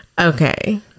okay